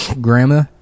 Grandma